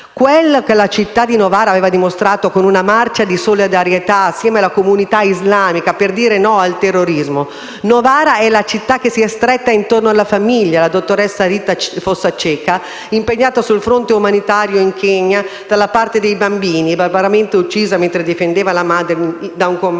Caldara. La città di Novara aveva organizzato una marcia di solidarietà assieme alla comunità islamica per dire no al terrorismo. Novara è la città che si è stretta attorno alla famiglia della dottoressa Rita Fossaceca, impegnata sul fronte umanitario in Kenya dalla parte dei bambini e barbaramente uccisa mentre difendeva la madre da un commando